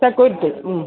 security മ്മ്